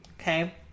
Okay